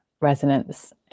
resonance